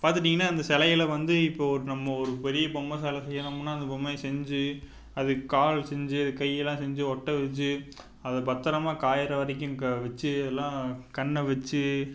பார்த்துட்டீங்கன்னா அந்த சிலையில வந்து இப்போ ஒரு நம்ம ஒரு பெரிய பொம்மை சில செய்யணும்னால் அந்த பொம்மையை செஞ்சு அதுக்கு கால் செஞ்சு அது கையெல்லாம் செஞ்சு ஒட்ட வச்சி அதை பத்தரமாக காயிற வரைக்கும் க வச்சி எல்லாம் கண்ணை வச்சி